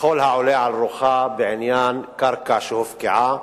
ככל העולה על רוחה בעניין קרקע שהופקעה.